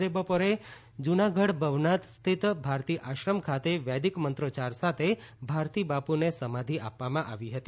આજે બપોરે જૂનાગઢ ભવનાથ સ્થિત ભારતી આશ્રમ ખાતે વૈદિક મંત્રોચ્યાર સાથે ભારતી બાપુને સમાધિ આપવામાં આવી હતી